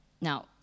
Now